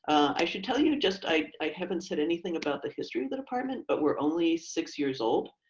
i should tell you just. i haven't said anything about the history of the department, but we're only six years old.